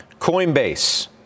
Coinbase